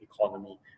economy